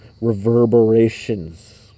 reverberations